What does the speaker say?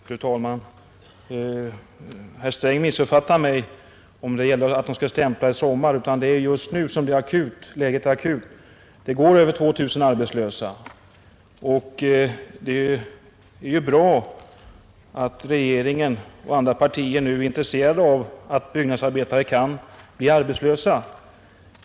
Fru talman! Herr Sträng missuppfattar mig. Det gällde inte att de skulle stämpla i sommar, utan det är just nu som läget är akut. Över 2000 byggnadsarbetare går arbetslösa. Det är ju bra att regeringspartiet och andra partier nu är intresserade av problemet att byggnadsarbetare kan bli arbetslösa.